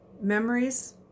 Memories